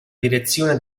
direzione